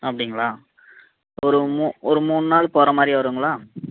அப்படிங்களா ஒரு மூணு மூணு நாள் போறமாதிரி வரும்ங்களா